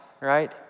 right